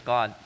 God